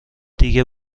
دیگه